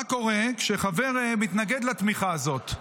מה קורה כשחבר מתנגד לתמיכה הזאת?